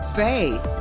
faith